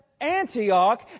Antioch